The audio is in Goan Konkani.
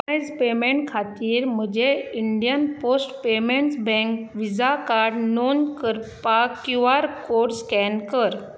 टोकनायज्ड पेमेंटा खातीर म्हजें India post payments bank visa card नोंद करपाक क्यू आर कोड स्कॅन कर